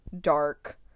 dark